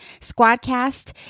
Squadcast